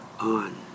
on